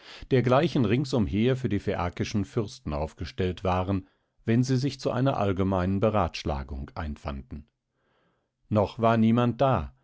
dergleichen rings umher für die phäakischen fürsten aufgestellt waren wenn sie sich zu einer allgemeinen beratschlagung einfanden noch war niemand da